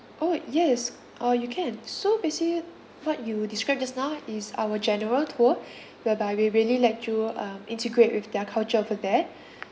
orh yes uh you can so basically what you described just now is our general tour whereby we really let you um integrate with their culture over there